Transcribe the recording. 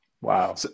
wow